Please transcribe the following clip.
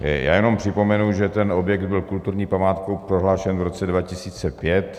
Já jenom připomenu, že ten objekt byl kulturní památku prohlášen v roce 2005.